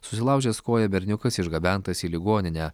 susilaužęs koją berniukas išgabentas į ligoninę